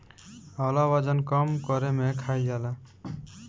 आंवला वजन कम करे में खाईल जाला